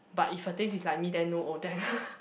but if her taste is like me then no Odette